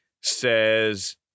says